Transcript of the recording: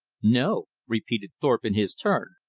no, repeated thorpe in his turn.